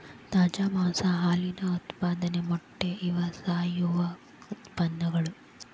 ತಾಜಾ ಮಾಂಸಾ ಹಾಲಿನ ಉತ್ಪಾದನೆ ಮೊಟ್ಟೆ ಇವ ಸಾವಯುವ ಉತ್ಪನ್ನಗಳು